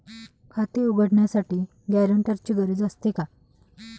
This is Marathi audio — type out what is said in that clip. खाते उघडण्यासाठी गॅरेंटरची गरज असते का?